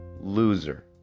loser